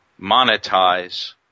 monetize